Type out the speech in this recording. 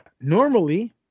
normally